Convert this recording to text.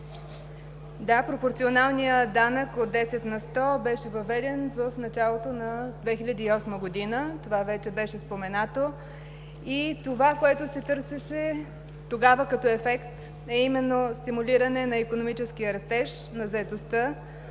Да, пропорционалният данък от десет на сто беше въведен в началото на 2008 г. Това вече беше споменато и това, което се търсеше тогава като ефект, е именно стимулиране на икономическия растеж, на заетостта,